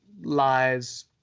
lies